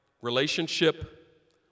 relationship